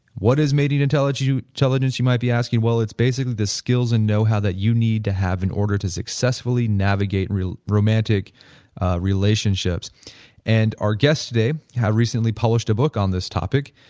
what is mating intelligence you intelligence you might be asking. well, it's basically the skills and know how that you need to have in order to successfully navigate romantic relationships and our guests today have recently published a book on this topic.